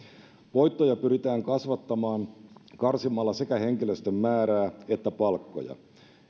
voittoja pyritään kasvattamaan karsimalla sekä henkilöstön määrää että palkkoja